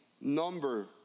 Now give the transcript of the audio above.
number